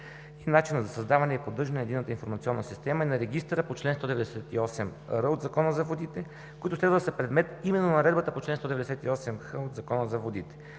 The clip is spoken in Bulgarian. и начина за създаване и поддържане на Единната информационна система и на Регистъра по чл. 198р от Закона за водите, които следва да са предмет именно на Наредбата по чл. 198х от Закона за водите,